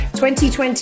2020